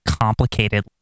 complicated